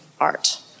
art